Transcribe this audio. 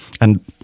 and-